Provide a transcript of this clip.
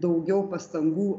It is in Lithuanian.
daugiau pastangų